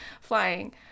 flying